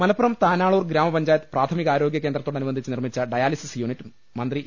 മലപ്പുറം താനാളൂർ ഗ്രാമപഞ്ചായത്ത് പ്രാഥമികാരോഗൃ കേന്ദ്ര ത്തോടനുബന്ധിച്ച് നിർമ്മിച്ച ഡയാലിസിസ് യൂണിറ്റ് മന്ത്രി എ